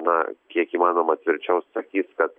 na kiek įmanoma tvirčiau sakys kad